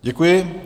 Děkuji.